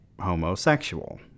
homosexual